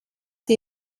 der